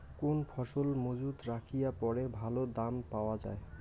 কোন ফসল মুজুত রাখিয়া পরে ভালো দাম পাওয়া যায়?